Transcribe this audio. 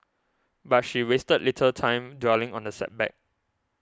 but she wasted little time dwelling on the setback